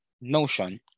notion